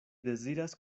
deziras